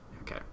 okay